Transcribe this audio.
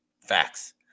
Facts